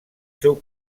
seu